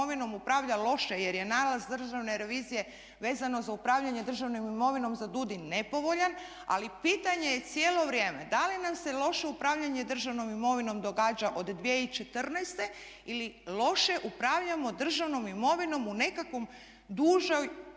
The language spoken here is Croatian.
upravlja loše, jer je nalaz Državne revizije vezano za upravljanje državnom imovinom za DUDI nepovoljan. Ali pitanje je cijelo vrijeme da li nam se loše upravljanje državnom imovinom događa od 2014. ili loše upravljamo državnom imovinom u nekakvom dužoj